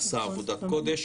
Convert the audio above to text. עשה עבודת קודש.